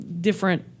different